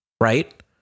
right